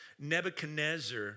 Nebuchadnezzar